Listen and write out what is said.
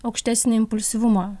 aukštesnį impulsyvumo